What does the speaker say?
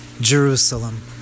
Jerusalem